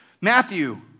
Matthew